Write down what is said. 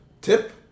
tip